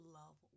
love